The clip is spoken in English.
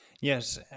Yes